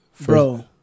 Bro